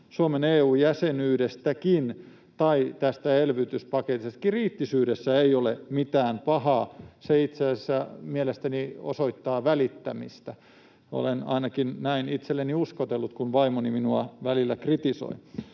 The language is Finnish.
Suomen EU-jäsenyydestäkin tai tästä elvytyspaketista. Kriittisyydessä ei ole mitään pahaa. Se itse asiassa mielestäni osoittaa välittämistä. Olen ainakin näin itselleni uskotellut, kun vaimoni minua välillä kritisoi.